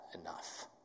enough